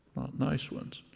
nice ones.